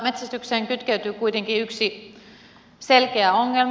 metsästykseen kytkeytyy kuitenkin yksi selkeä ongelma